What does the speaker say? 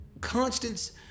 Constance